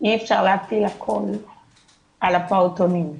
אי אפשר להפיל הכול על הפעוטונים.